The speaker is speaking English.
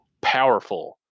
powerful